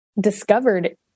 discovered